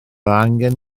angen